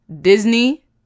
Disney